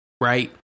right